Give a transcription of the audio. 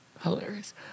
Hilarious